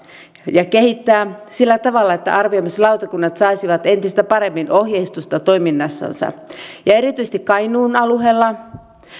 käytänteitä kehittää sillä tavalla että arvioimislautakunnat saisivat entistä paremmin ohjeistusta toiminnassansa erityisesti kainuun alueella